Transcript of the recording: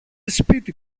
σπίτι